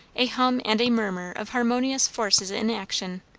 a hum and a murmur of harmonious forces in action,